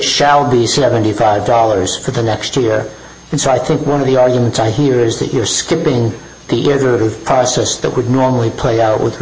shall be seventy five dollars for the next year and so i think one of the arguments i hear is that you're skipping the process that would normally play out with